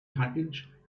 package